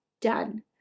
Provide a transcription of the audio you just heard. done